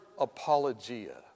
apologia